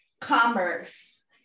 commerce